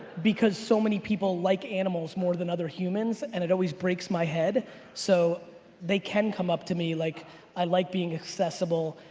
because so many people like animals more than other humans and it always breaks my head so they can come up to me, like i like being accessible.